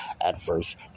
adverse